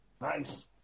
Nice